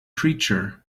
creature